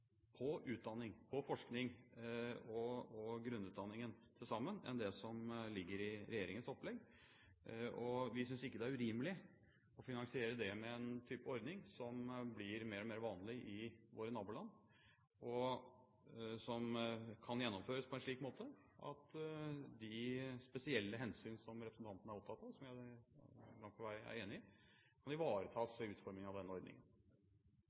på utdanning, forskning og grunnutdanning til sammen enn det som ligger i regjeringens opplegg. Vi synes ikke det er urimelig å finansiere det med en type ordning som blir mer og mer vanlig i våre naboland, og som kan gjennomføres på en slik måte at de spesielle hensyn som representanten er opptatt av, og som jeg langt på vei er enig i, ivaretas ved utformingen av denne ordningen.